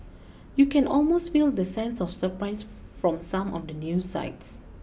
you can almost feel the sense of surprise from some of the news sites